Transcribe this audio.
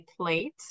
plate